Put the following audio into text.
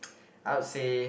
I would say